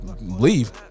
leave